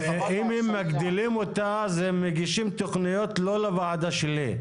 אם הם מגדילים אותה הם מגישים תכניות לא לוועדה שלי.